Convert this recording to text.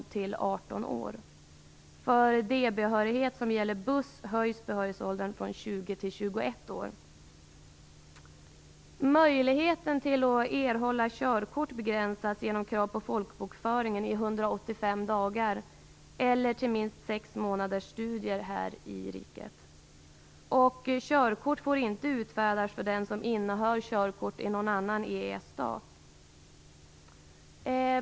Möjligheten att erhålla körkort begränsas genom krav på folkbokföring i 185 dagar eller minst sex månaders studier här i riket. Körkort får inte utfärdas för den som innehar körkort i någon annan EES-stat.